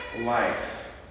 life